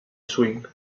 swing